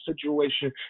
situation